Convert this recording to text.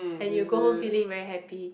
and you go home feeling very happy